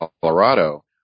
Colorado